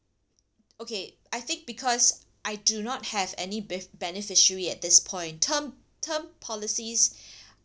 okay I think because I do not have any be~ beneficiaries at this point term term policies